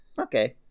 Okay